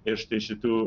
ir štai šitų